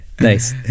Nice